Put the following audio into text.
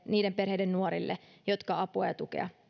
niiden perheiden nuorille jotka apua ja tukea